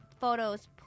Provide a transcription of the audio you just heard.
photos